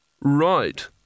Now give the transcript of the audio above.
Right